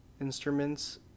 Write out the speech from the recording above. instruments